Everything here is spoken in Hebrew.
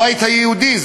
הבית היהודי,